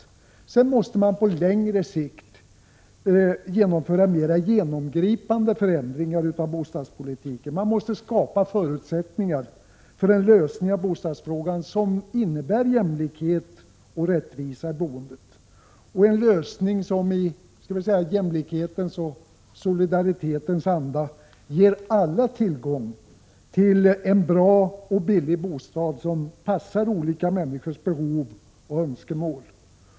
På längre sikt måste man genomföra mera genomgripande förändringar av bostadspolitiken. Man måste skapa förutsättningar för en lösning av bostadsfrågan som innebär jämlikhet och rättvisa i boendet, en lösning som i jämlikhetens och solidaritetens anda ger alla tillgång till en bra och billig bostad som passar olika människors behov och önskemål.